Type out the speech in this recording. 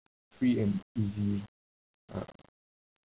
free and easy uh